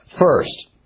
First